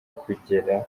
kugera